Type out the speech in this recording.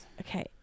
okay